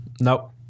Nope